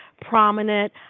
prominent